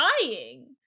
dying